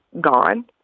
gone